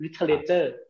literature